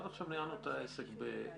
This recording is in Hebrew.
עד עכשיו ניהלנו את העסק בנינוחות.